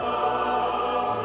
oh